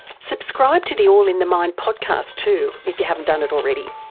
subscribe to the all in the mind podcast too, if you haven't done it already,